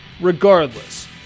regardless